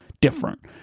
different